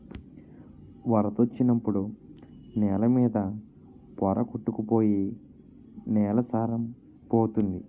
వరదొచ్చినప్పుడు నేల మీద పోర కొట్టుకు పోయి నేల సారం పోతంది